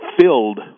filled